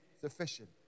sufficient